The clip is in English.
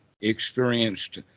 experienced